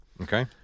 Okay